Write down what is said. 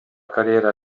carriera